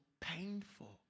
painful